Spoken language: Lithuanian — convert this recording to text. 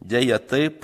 deja taip